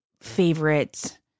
favorite